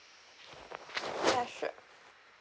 ya sure